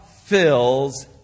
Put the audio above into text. fills